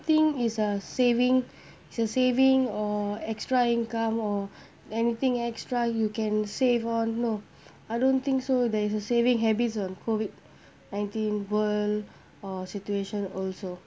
think is a saving is a saving or extra income or anything extra you can save or no I don't think so there is a saving habits on COVID nineteen world or situation also